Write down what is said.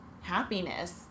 happiness